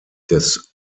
des